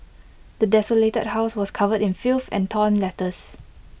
the desolated house was covered in filth and torn letters